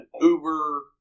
Uber